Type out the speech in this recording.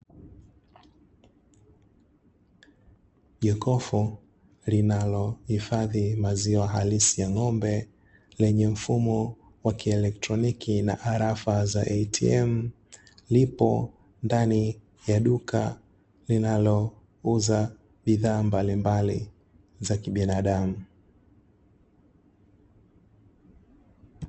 Jokofu linalohifadhia maziwa halisi ya ng'ombe yenye mfumo wa kieletroniki na arafa za "ATM", lipo ndani ya duka linalouza bidhaa mbalimbali za kibinadamu.